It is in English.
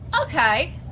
Okay